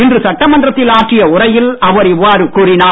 இன்று சட்டமன்றத்தில் ஆற்றிய உரையில் அவர் இவ்வாறு கூறினார்